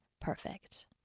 Perfect